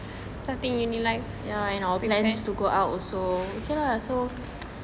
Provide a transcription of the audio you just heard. ya and our plans to go out also